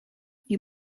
you